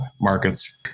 markets